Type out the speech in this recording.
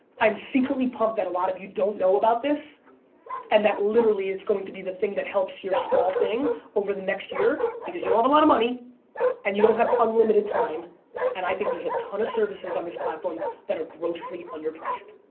i'm secretly pumped that a lot of you don't know about this and that literally it's going to be the thing that helps your small thing over the next year because you don't have a lot of money and you don't have unlimited time and i think there's a ton of services on this platform that are grossly underpriced.